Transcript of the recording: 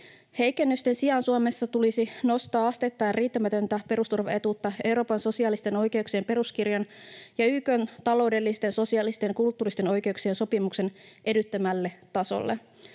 Heikennysten sijaan Suomessa tulisi nostaa asteittain riittämätöntä perusturvaetuutta Euroopan sosiaalisten oikeuksien peruskirjan ja YK:n taloudellisten, sosiaalisten ja kulttuuristen oikeuksien sopimuksen edellyttämälle tasolle.